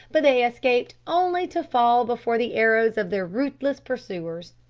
but they escaped only to fall before the arrows of their ruthless pursuers.